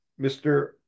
Mr